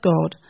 God